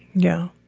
no,